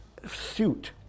suit